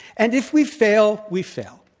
and if we fail, we fail.